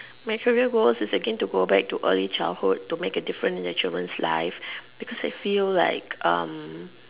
my career goals is again to go back to early childhood to make a difference in the children lives because it feel like um